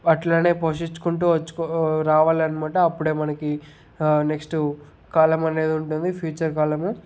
అట్లానే పోషించుకుంటూ వచ్చు రావాలని మాట అప్పుడే మనకి నెక్స్ట్ కాలం అనేది ఉంటుంది ఫ్యూచర్ కాలము